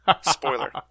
Spoiler